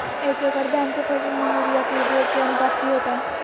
एक एकड़ धान के फसल में यूरिया के उपयोग के अनुपात की होतय?